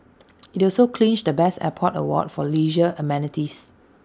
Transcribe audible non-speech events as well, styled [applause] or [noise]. [noise] IT also clinched the best airport award for leisure amenities